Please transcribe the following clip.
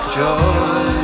joy